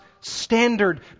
standard